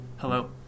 Hello